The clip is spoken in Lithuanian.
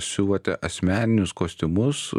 siuvate asmeninius kostiumus